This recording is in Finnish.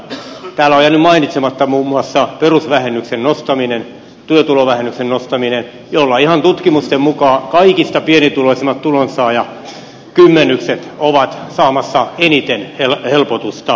täällä on jäänyt mainitsematta muun muassa perusvähennyksen nostaminen työtulovähennyksen nostaminen jolla ihan tutkimusten mukaan kaikista pienituloisimmat tulonsaajakymmenykset ovat saamassa eniten helpotusta